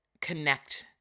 connect